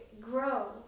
grow